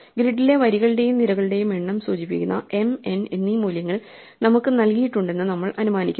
ഗ്രിഡിലെ വരികളുടെയും നിരകളുടെയും എണ്ണം സൂചിപ്പിക്കുന്ന m n എന്നീ മൂല്യങ്ങൾ നമുക്ക് നൽകിയിട്ടുണ്ടെന്ന് നമ്മൾ അനുമാനിക്കുന്നു